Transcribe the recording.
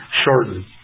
shortened